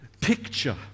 picture